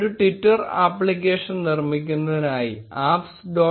ഒരു Twitter application നിർമിക്കുന്നതിനായി apps